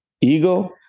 Ego